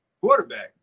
quarterback